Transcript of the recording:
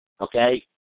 okay